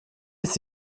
ist